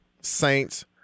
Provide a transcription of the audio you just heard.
Saints